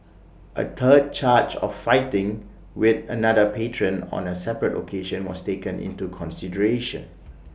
A third charge of fighting with another patron on A separate occasion was taken into consideration